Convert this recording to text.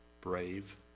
Brave